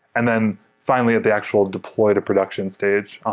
and then finally at the actual deploy to production stage,